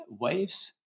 waves